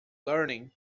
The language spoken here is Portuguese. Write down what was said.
learning